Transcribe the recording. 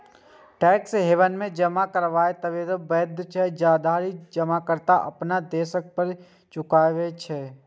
tax haven मे जमा करनाय तबे तक वैध छै, जाधरि जमाकर्ता अपन देशक कर चुकबै छै